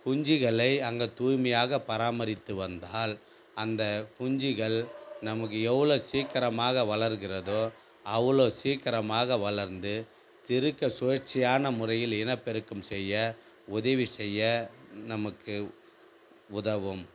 குஞ்சுகளை அங்கே துாய்மையாக பராமரித்து வந்தால் அந்த குஞ்சுகள் நமக்கு எவ்வளோ சீக்கிரமாக வளர்கிறதோ அவ்வளோ சீக்கிரமாக வளர்ந்து திருக்க சுழற்சியான முறையில் இனப்பெருக்கம் செய்ய உதவி செய்ய நமக்கு உதவும்